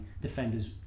defenders